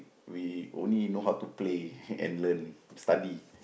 we only know how to play and learn and study